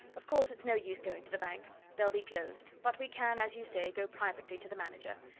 of course, it's no use going to the bank they'll be closed but we can, as you say, go privately to the manager.